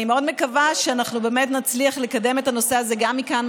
אני מאוד מקווה שאנחנו באמת נצליח לקדם את הנושא הזה גם מכאן,